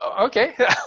Okay